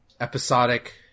episodic